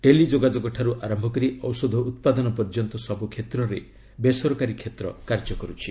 ଟେଲିଯୋଗାଯୋଗଠାରୁ ଆରମ୍ଭ କରି ଔଷଧ ଉତ୍ପାଦନ ପର୍ଯ୍ୟନ୍ତ ସବୁକ୍ଷେତ୍ରରେ ବେସରକାରୀ କ୍ଷେତ୍ର କାର୍ଯ୍ୟ କରୁଛି